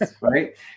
right